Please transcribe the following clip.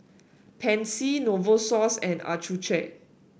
Pansy Novosource and Accucheck